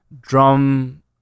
Drum